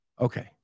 Okay